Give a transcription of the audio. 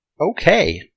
okay